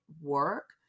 work